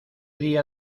día